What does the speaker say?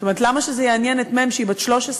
זאת אומרת, למה שזה יעניין את מ', שהיא בת 13,